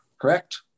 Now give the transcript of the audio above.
Correct